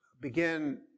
begin